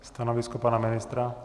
Stanovisko pana ministra?